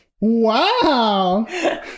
Wow